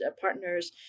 partners